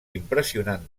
impressionant